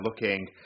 looking